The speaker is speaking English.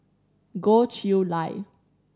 Goh Chiew Lye